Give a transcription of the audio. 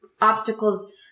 obstacles